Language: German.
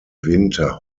winter